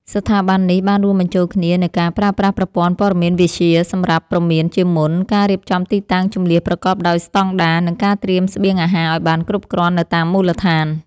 ស្ថាប័ននេះបានរួមបញ្ចូលគ្នានូវការប្រើប្រាស់ប្រព័ន្ធព័ត៌មានវិទ្យាសម្រាប់ព្រមានជាមុន ការរៀបចំទីតាំងជម្លៀសប្រកបដោយស្តង់ដារ និងការត្រៀមស្បៀងអាហារឱ្យបានគ្រប់គ្រាន់នៅតាមមូលដ្ឋាន។